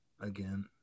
again